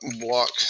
block